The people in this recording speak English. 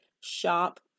shop